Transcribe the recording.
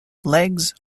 legs